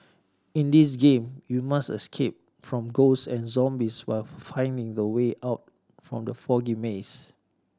in this game you must escape from ghosts and zombies while finding the way out from the foggy maze